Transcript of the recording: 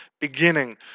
beginning